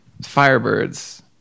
firebirds